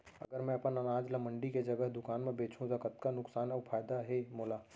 अगर मैं अपन अनाज ला मंडी के जगह दुकान म बेचहूँ त कतका नुकसान अऊ फायदा हे मोला?